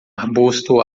arbusto